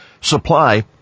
Supply